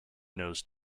nose